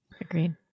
Agreed